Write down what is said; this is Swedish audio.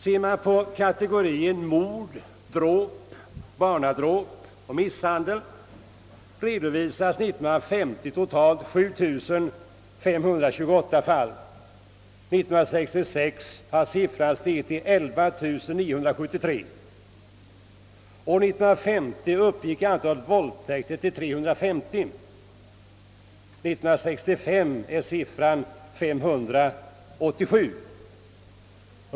När man betraktar kategorien mord, dråp, barnadråp och misshandel redovisades 1950 totalt 7 528 fall. 1965 hade siffran stigit till 11 973. År 1950 uppgick antalet våldtäkter till 350 medan siffran 1965 var 587.